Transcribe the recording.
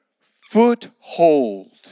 foothold